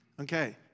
Okay